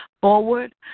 forward